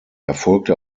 erfolgte